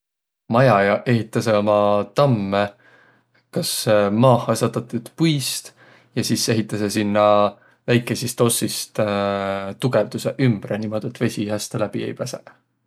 Majajaq ehitäseq ummi tammõ kas maaha satatõt puist ja sis ehitäseq sinnäq väikeisist ossõst tugõvdusõq ümbre niimuudu, et vesi häste läbi ei päseq.